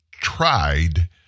tried